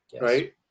Right